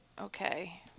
okay